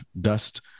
dust